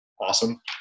awesome